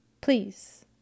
Please